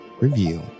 review